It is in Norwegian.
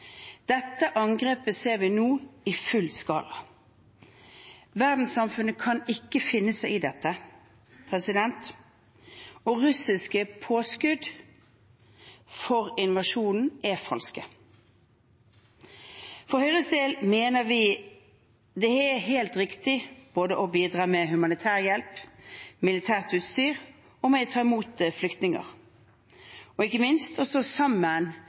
angrepet ser vi nå i full skala. Verdenssamfunnet kan ikke finne seg i dette, og russiske påskudd for invasjonen er falske. For Høyres del mener vi det er helt riktig både å bidra med humanitær hjelp, med militært utstyr og med å ta imot flyktninger – og ikke minst stå sammen